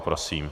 Prosím.